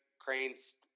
Crane's